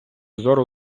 зору